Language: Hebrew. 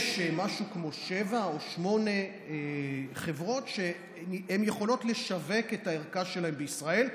יש משהו כמו שבע או שמונה חברות שיכולות לשווק את הערכה שלהן בישראל.